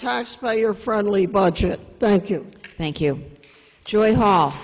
tax payer friendly budget thank you thank you joy ha